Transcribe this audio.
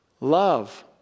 love